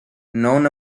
known